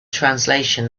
translation